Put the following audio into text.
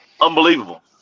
unbelievable